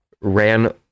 ran